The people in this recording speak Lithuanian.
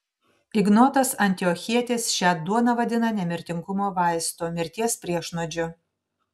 ignotas antiochietis šią duoną vadina nemirtingumo vaistu mirties priešnuodžiu